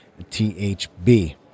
THB